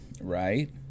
Right